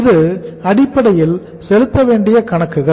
இது அடிப்படையில் செலுத்தவேண்டிய கணக்குகள்